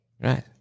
Right